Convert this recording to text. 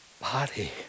body